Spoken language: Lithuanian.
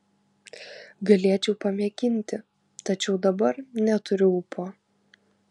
galėčiau pamėginti tačiau dabar neturiu ūpo